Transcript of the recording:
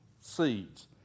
seeds